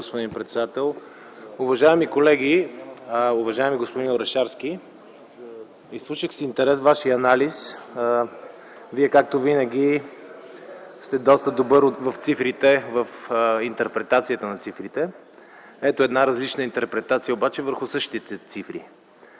господин председател. Уважаеми колеги, уважаеми господин Орешарски! Изслушах с интерес Вашия анализ. Вие, както винаги, сте доста добър в цифрите, в интерпретацията на цифрите. Ето обаче една различна интерпретация върху същите цифри.